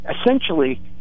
essentially